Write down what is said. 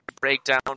breakdown